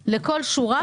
התיירות.